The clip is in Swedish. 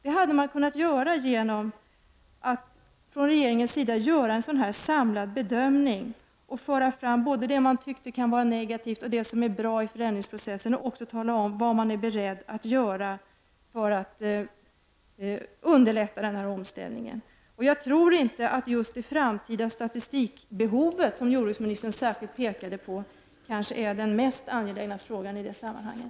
Det hade kunnat ske genom att från regeringens sida göra en sådan samlad bedömning och föra fram både det man tyckte kunde vara negativt och det som är bra i förändringsprocesserna, liksom tala om vad man är beredd att göra för att underlätta denna omställning. Jag tror inte att just det framtida statistikbehovet, som jordbruksministern särskilt pekade på, kanske är den mest angelägna frågan i sammanhanget.